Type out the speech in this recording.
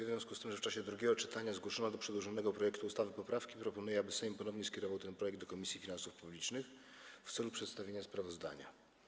W związku z tym, że w czasie drugiego czytania zgłoszono do przedłożonego projektu ustawy poprawki, proponuję, aby Sejm ponownie skierował ten projekt do Komisji Finansów Publicznych w celu przedstawienia sprawozdania.